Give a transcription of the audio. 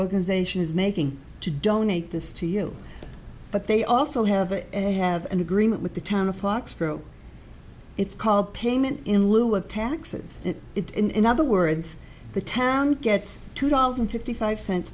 organization is making to donate this to you but they also have a have an agreement with the town of foxborough it's called payment in lieu of taxes in other words the town gets two dollars and fifty five cents